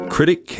Critic